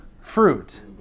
fruit